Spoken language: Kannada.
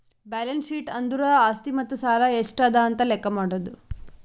ಬ್ಯಾಲೆನ್ಸ್ ಶೀಟ್ ಅಂದುರ್ ಆಸ್ತಿ ಮತ್ತ ಸಾಲ ಎಷ್ಟ ಅದಾ ಅಂತ್ ಲೆಕ್ಕಾ ಮಾಡದು